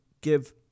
give